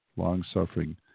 long-suffering